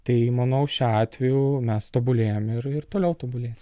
tai manau šiuo atveju mes tobulėjam ir ir toliau tobulėsim